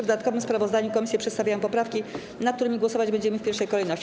W dodatkowym sprawozdaniu komisje przedstawiają poprawki, nad którymi głosować będziemy w pierwszej kolejności.